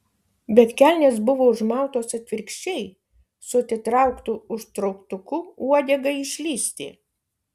bet kelnės buvo užmautos atvirkščiai su atitrauktu užtrauktuku uodegai išlįsti